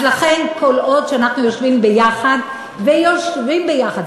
אז לכן, כל עוד אנחנו יושבים ביחד, ויושבים ביחד.